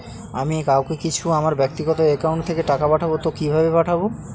আমি কাউকে কিছু আমার ব্যাক্তিগত একাউন্ট থেকে টাকা পাঠাবো তো কিভাবে পাঠাবো?